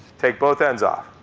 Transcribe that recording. take both ends off.